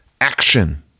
action